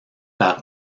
par